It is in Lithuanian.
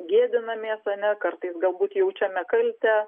gėdinamės ar ne kartais galbūt jaučiame kaltę